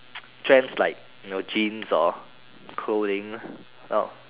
trends like you know jeans or clothing well